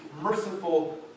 merciful